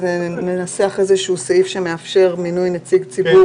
אז ננסח סעיף שמאפשר מינוי נציג ציבור